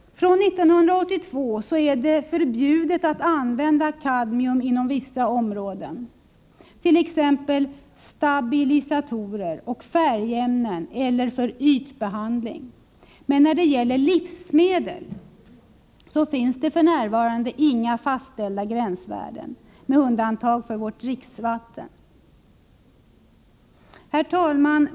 Från 1982 är det förbjudet att använda kadmium inom vissa områden, t.ex. för stabilisatorer och färgämnen eller för ytbehandling. Men när det gäller livsmedel finns f.n. inga fastställda gränsvärden, med undantag för dricksvatten. Herr talman!